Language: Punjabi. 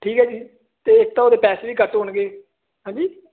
ਠੀਕ ਹੈ ਜੀ ਅਤੇ ਇੱਕ ਤਾਂ ਉਹਦੇ ਪੈਸੇ ਵੀ ਘੱਟ ਹੋਣਗੇ ਹਾਂਜੀ